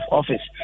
office